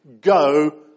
Go